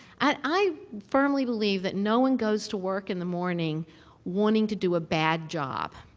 and i firmly believe that no one goes to work in the morning wanting to do a bad job.